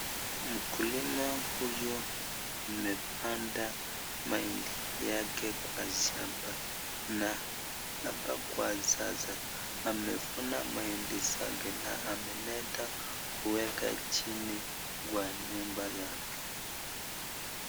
Mkulima huyu amepanda mahindi yake kwa shamba na hapa kwa sasa amevuna mahindi zake na ameleta kuweka chini kwa nyumba yake.